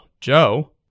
Joe